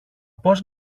πώς